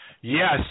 Yes